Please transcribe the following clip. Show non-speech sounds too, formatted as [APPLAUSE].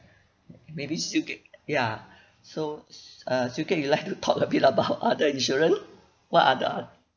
maybe siew kek ys [BREATH] so uh siew kek you like to talk a bit about [LAUGHS] other insurance what are the ot~